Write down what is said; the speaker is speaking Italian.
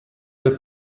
the